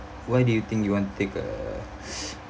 why do you think you want take a